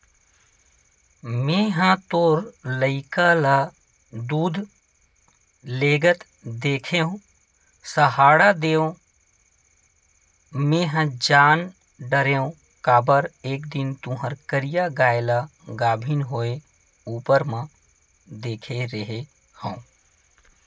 मेंहा तोर लइका ल दूद लेगत देखेव सहाड़ा देव मेंहा जान डरेव काबर एक दिन तुँहर करिया गाय ल गाभिन होय ऊपर म देखे रेहे हँव